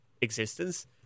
existence